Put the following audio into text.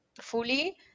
fully